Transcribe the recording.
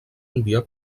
enviar